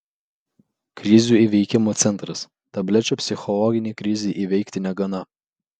krizių įveikimo centras tablečių psichologinei krizei įveikti negana